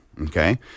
Okay